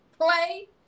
play